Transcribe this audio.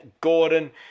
Gordon